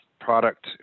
product